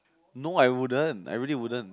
no I wouldn't I really wouldn't